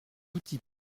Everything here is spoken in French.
outils